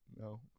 No